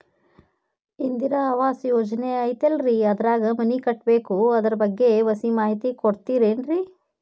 ಇಂದಿರಾ ಆವಾಸ ಯೋಜನೆ ಐತೇಲ್ರಿ ಅದ್ರಾಗ ಮನಿ ಕಟ್ಬೇಕು ಅದರ ಬಗ್ಗೆ ಒಸಿ ಮಾಹಿತಿ ಕೊಡ್ತೇರೆನ್ರಿ?